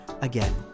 Again